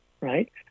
right